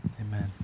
Amen